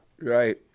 Right